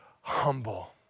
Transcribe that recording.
humble